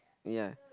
ya